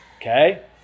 Okay